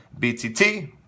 BTT